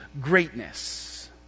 greatness